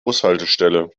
bushaltestelle